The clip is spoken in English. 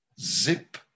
zip